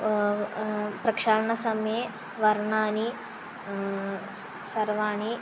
प्रक्षालनसम्ये वर्णानि स् सर्वाणि